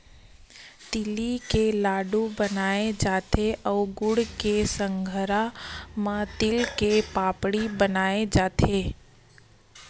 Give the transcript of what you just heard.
तिली के लाडू बनाय जाथे अउ गुड़ के संघरा म तिल के पापड़ी बनाए जाथे